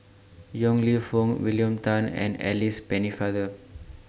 Yong Lew Foong William Tan and Alice Pennefather